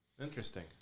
Interesting